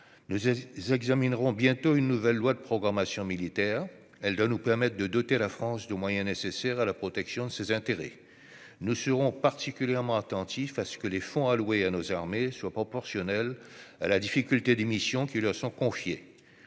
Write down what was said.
Nous examinerons bientôt une nouvelle loi de programmation militaire. Elle doit nous permettre de doter la France des moyens nécessaires à la protection de ses intérêts. Nous serons particulièrement attentifs à ce que les fonds alloués à nos armées soient proportionnels à la difficulté des missions qui leur sont confiées.